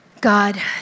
God